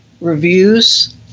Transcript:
reviews